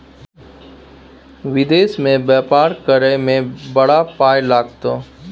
विदेश मे बेपार करय मे बड़ पाय लागतौ